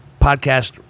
podcast